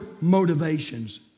motivations